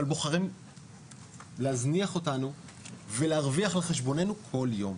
בוחרים להזניח אותנו ולהרוויח על חשבוננו כל יום.